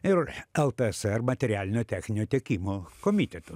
ir ltsr materialinio techninio tiekimo komitetu